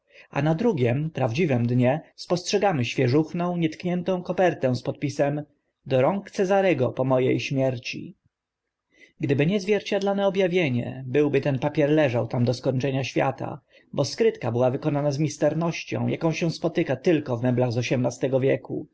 a na drugim prawdziwym dnie spostrzegamy świeżuchną nietkniętą kopertę z podpisem do rąk cezarego po mojej śmierci konfekta daw z niem słodycze tytuń dziś popr tytoń zwierciadlana zagadka gdyby nie zwierciadlane ob awienie byłby ten papier leżał tam do skończenia świata bo skrytka była wykonana z misternością aką się spotyka tylko w meblach z osiemnastego wieku